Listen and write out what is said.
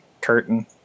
curtain